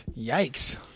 Yikes